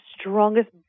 strongest